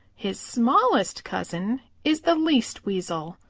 his smallest cousin is the least weasel.